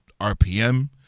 RPM